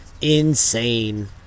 insane